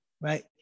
right